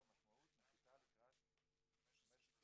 והמשמעות נחיתה לקראת 15:30,